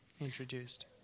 introduced